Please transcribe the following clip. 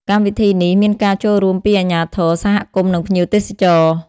កម្មវិធីនេះមានការចូលរួមពីអាជ្ញាធរ សហគមន៍និងភ្ញៀវទេសចរ។